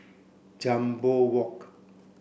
Jambol Walk